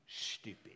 stupid